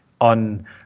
on